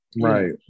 Right